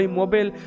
mobile